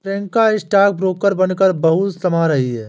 Priyanka stock broker बनकर बहुत कमा रही है